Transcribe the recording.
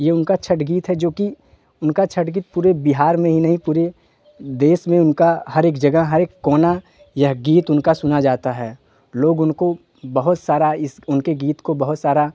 ये उनका छत्त गीत है जो कि उनका छत्त गीते पूरे बिहार में ही नहीं पूरे देश में उनका हर एक जगह हर एक कोना यह गीत उनका सुना जाता है लोग उनको बहुत सारा इस उनके गीत को बहुत सारा